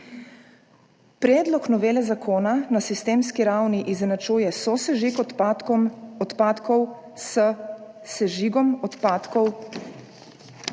Predlog novele zakona na sistemski ravni izenačuje sosežig odpadkov s sežigom odpadkov